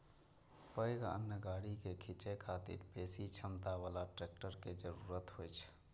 पैघ अन्न गाड़ी कें खींचै खातिर बेसी क्षमता बला ट्रैक्टर के जरूरत होइ छै